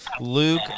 Luke